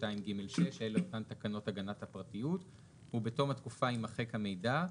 2ג6 -אלה אותן תקנות הגנת הפרטיות- ובתום התקופה יימחק המידע.